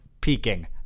peaking